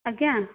ଆଜ୍ଞା